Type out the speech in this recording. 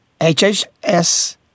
HHS